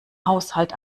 haushalt